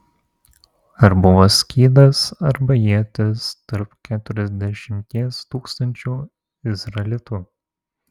ar buvo skydas arba ietis tarp keturiasdešimties tūkstančių izraelitų